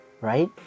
Right